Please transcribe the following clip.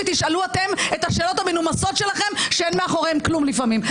ותשאלו אתם את השאלות המנומסות שלכם שאין מאחוריהן כלום לפעמים,